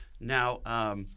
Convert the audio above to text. Now